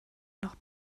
noch